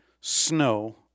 snow